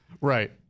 Right